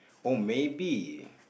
oh maybe